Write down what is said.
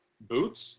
Boots